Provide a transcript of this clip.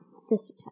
Sister